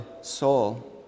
soul